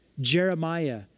Jeremiah